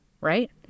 right